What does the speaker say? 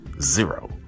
Zero